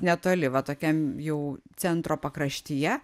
netoli va tokiam jau centro pakraštyje